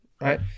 right